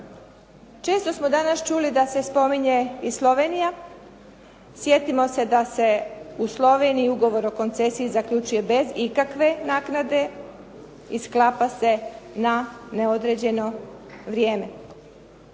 Često smo danas čuli da se spominje i Slovenija. Sjetimo se da se u Sloveniji ugovor o koncesiji zaključuje bez ikakve naknade i sklapa se na neodređeno vrijeme.